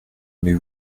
aimez